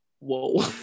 whoa